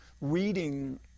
reading